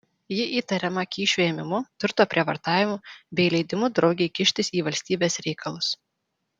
ji įtariama kyšių ėmimu turto prievartavimu bei leidimu draugei kištis į valstybės reikalus